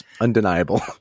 undeniable